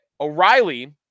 O'Reilly